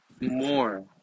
more